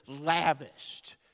Lavished